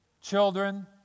children